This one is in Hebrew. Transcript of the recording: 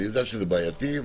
אני יודע שזה בעייתי,